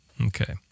Okay